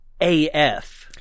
AF